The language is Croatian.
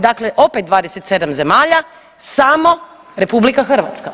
Dakle, opet 27 zemalja, samo RH.